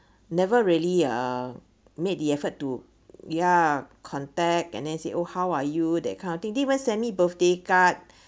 never really uh made the effort to ya contact and then say oh how are you that kind of thing didn't even send me birthday card